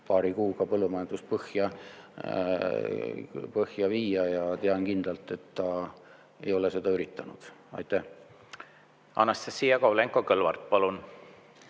paari kuuga põllumajandust põhja viia. Ja tean kindlalt, et ta ei ole seda üritanud. Anastassia Kovalenko-Kõlvart, palun!